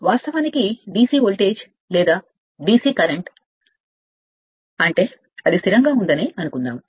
వాస్తవానికి DC voltage లేదా DC current అంటే అది స్థిరంగా ఉందని అనుకుందాం